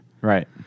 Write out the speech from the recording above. Right